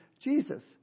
Jesus